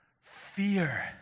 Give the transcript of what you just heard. fear